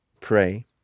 pray